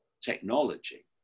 technology